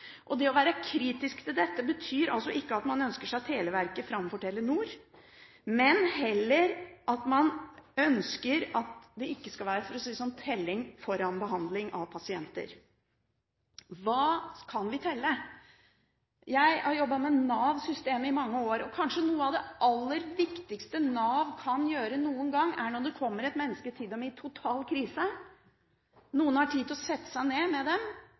Det å være kritisk til dette betyr ikke at man ønsker seg Televerket framfor Telenor, men heller at man ønsker at det ikke skal være, for å si det sånn, telling foran behandling av pasienter. Hva kan vi telle? Jeg har jobbet med Nav-systemet i mange år. Noe av det kanskje aller viktigste Nav kan gjøre når det kommer et menneske i total krise til dem, er at noen har tid til å sette seg ned med dem,